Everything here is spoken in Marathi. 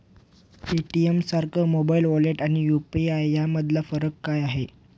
पेटीएमसारख्या मोबाइल वॉलेट आणि यु.पी.आय यामधला फरक काय आहे?